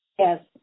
Yes